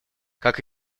как